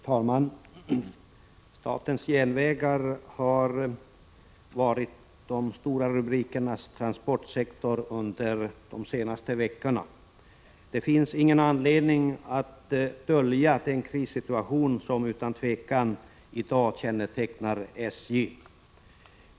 Fru talman! Statens järnvägar har varit de stora rubrikernas transportsektor under de senaste veckorna. Det finns ingen anledning att dölja den krissituation som utan tvivel kännetecknar SJ i dag.